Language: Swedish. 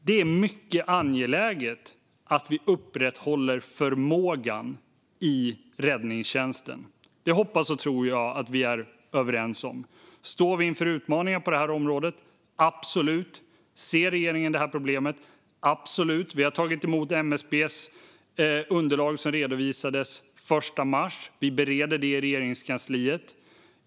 Det är mycket angeläget att vi upprätthåller förmågan i räddningstjänsten. Det hoppas och tror jag att vi är överens om. Står vi inför utmaningar på detta område? Absolut. Ser regeringen det här problemet? Absolut. Vi har tagit emot MSB:s underlag, som redovisades den 1 mars. Vi bereder det i Regeringskansliet.